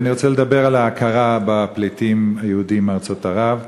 אני רוצה לדבר על ההכרה בפליטים היהודים מארצות ערב.